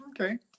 Okay